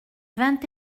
vingt